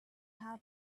how